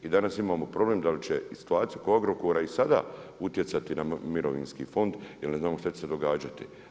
I danas imamo problem da li će i situaciju oko Agrokora i sada utjecati na Mirovinski fond jel ne znamo šta će se događati.